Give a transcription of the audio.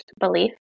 belief